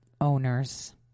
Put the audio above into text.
owners